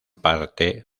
parte